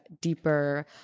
deeper